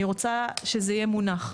אני רוצה שזה יהיה מונח.